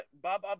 Bob